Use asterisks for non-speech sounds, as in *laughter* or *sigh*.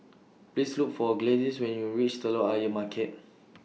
Please Look For Gladys when YOU REACH Telok Ayer Market *noise*